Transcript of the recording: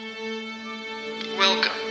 Welcome